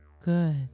Good